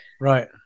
right